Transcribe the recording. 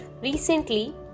recently